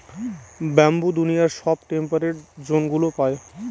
bamboo দুনিয়ার সব temperate জোনগুলা পায়